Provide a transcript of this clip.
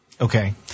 Okay